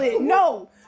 No